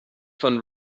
von